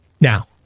Now